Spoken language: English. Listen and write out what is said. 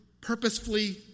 purposefully